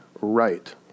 right